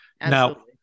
Now